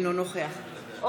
אינו נוכח נפתלי בנט,